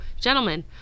gentlemen